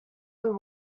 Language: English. who